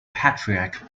patriarch